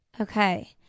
Okay